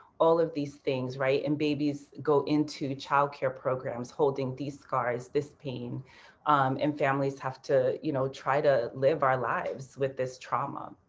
all of these things. and babies go into child care programs holding these scars, this pain um and families have to you know try to live our lives with this trauma.